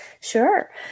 Sure